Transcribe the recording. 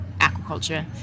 aquaculture